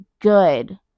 good